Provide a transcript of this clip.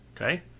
Okay